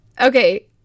Okay